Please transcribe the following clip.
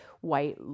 white